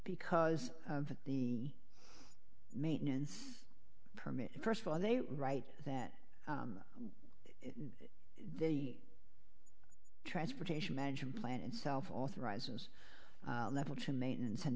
because of the maintenance permit first of all are they right that they transportation management plan itself authorizes level two maintenance and